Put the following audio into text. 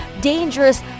Dangerous